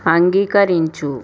అంగీకరించు